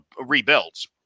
rebuilds